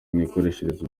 mikoreshereze